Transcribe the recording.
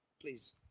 please